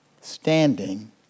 standing